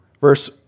Verse